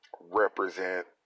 Represent